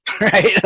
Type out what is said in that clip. right